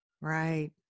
Right